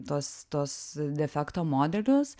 tuos tuos defekto modelius